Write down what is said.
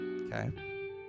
Okay